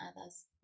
others